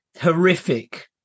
horrific